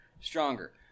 stronger